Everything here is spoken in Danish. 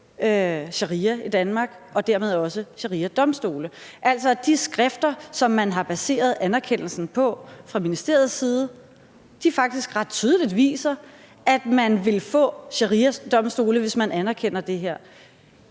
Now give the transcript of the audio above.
sharia i Danmark og dermed også shariadomstole, altså at de skrifter, som man har baseret anerkendelsen på fra ministeriets side, faktisk ret tydeligt viser, at man vil få shariadomstole, hvis man anerkender det her,